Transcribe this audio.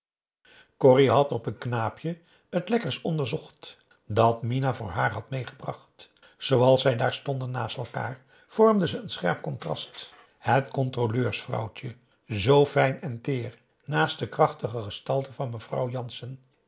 corrie had op een knaapje het lekkers onderzocht dat mina voor haar had meêgebracht zooals zij daar stonden naast elkaar vormden ze een scherp contrast het controleurs vrouwtje zoo fijn en teer naast de krachtige gestalte van mevrouw jansen